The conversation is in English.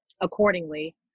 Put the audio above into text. accordingly